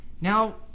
Now